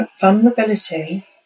vulnerability